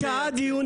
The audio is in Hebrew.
יש שעה דיון,